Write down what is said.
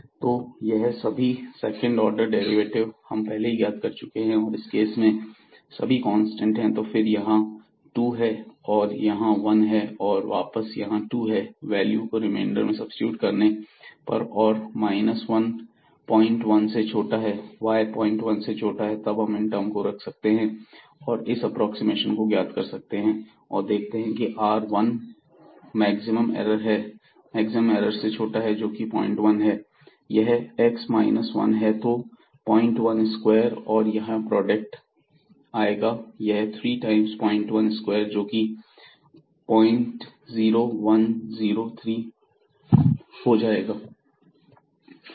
तो यह सभी सेकंड ऑर्डर डेरिवेटिव हम पहले ही ज्ञात कर चुके हैं और इस केस में यह सभी कांस्टेंट हैं तो फिर यहां 2 है यहां 1 है और यहां वापस 2 है वैल्यू को रिमेंडर में सब्सीट्यूट करने पर और x माइनस वन 01 से छोटा है y 01 से छोटा है तब हम इन टर्म को रख सकते हैं और इस एप्रोक्सीमेशन को ज्ञात कर सकते हैं और देखते हैं R वन मैक्सिमम एरर से छोटा है जोकी 01 है यह x माइनस वन तो 01 स्क्वेयर और यहां प्रोडक्ट आएगा यह 3 टाइम्स 01 स्क्वेयर जोकि हो जाएगा 00103